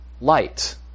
light